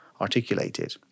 articulated